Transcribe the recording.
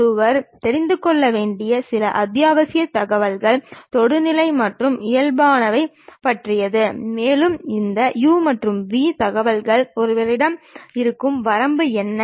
ஒருவர் தெரிந்து கொள்ள வேண்டிய சில அத்தியாவசிய தகவல்கள் தொடுநிலை மற்றும் இயல்பானவை பற்றியது மேலும் இந்த u மற்றும் v தகவல்கள் ஒருவரிடம் இருக்கும் வரம்பு என்ன